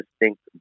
distinct